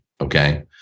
Okay